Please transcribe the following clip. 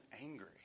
angry